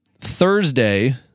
Thursday